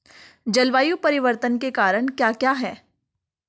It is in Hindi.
जलवायु परिवर्तन के कारण क्या क्या हैं?